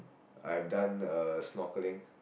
I've done uh snorkeling